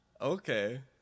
Okay